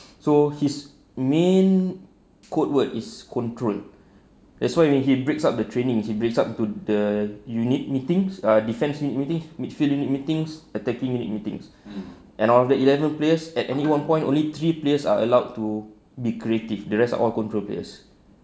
so his main code word is control that's why when he breaks up the training he breaks up into the unit meetings or defence unit meetings midfield unit meetings attacking unit meetings and all of the eleventh place at any one point only three players are allowed to be creative the rest all control players